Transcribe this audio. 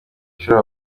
ishuri